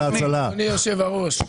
אדוני יושב-הראש,